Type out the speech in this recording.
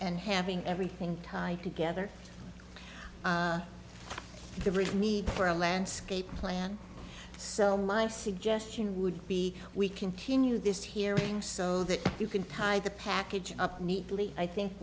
and having everything tied together to reach me for a landscape plan so my suggestion would be we continue this hearing so that you can tie the package up neatly i think